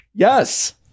Yes